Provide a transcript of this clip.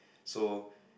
so